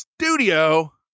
studio